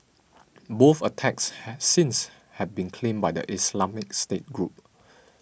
both attacks have since have been claimed by the Islamic State group